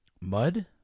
Mud